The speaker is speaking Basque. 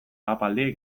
ahapaldi